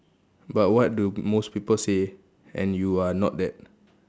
but what do most people say and you are not that